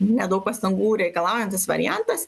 nedaug pastangų reikalaujantis variantas